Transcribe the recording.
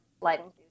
lighting